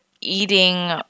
eating